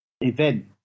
event